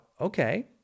okay